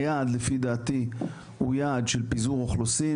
לפי דעתי היעד הוא יעד של פיזור אוכלוסין,